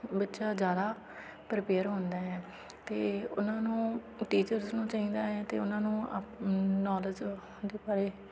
ਬੱਚਾ ਜ਼ਿਆਦਾ ਪਰਪੇਅਰ ਹੁੰਦਾ ਹੈ ਅਤੇ ਉਹਨਾਂ ਨੂੰ ਟੀਚਰਸ ਨੂੰ ਚਾਹੀਦਾ ਹੈ ਅਤੇ ਉਹਨਾਂ ਨੂੰ ਨੌਲੇਜ ਉਹਦੇ ਬਾਰੇ